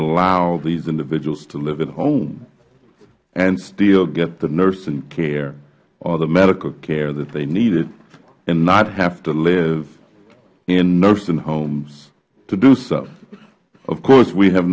allow these individuals to live at home and still get the nursing care or the medical care they needed and not have to live in nursing homes to do so of course we have